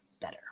better